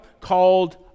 called